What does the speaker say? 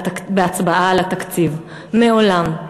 בהצבעה על התקציב, מעולם.